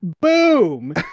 boom